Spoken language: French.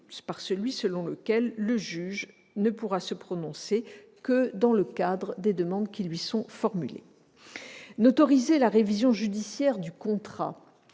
par celui selon lequel le juge ne pourra se prononcer que dans le cadre des demandes qui lui sont formulées. N'autoriser la révision judiciaire du contrat